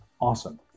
Awesome